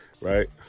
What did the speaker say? right